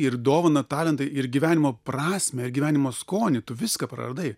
ir dovaną talentą ir gyvenimo prasmę ir gyvenimo skonį tu viską praradai